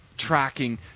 Tracking